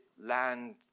land